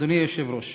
אדוני היושב-ראש,